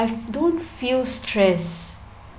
I don't feel stress